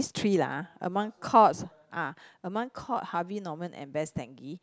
three lah among Courts ah among Courts Harvey Norman and Best Denki